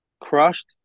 Crushed